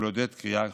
ולעודד קריאה חופשית.